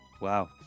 Wow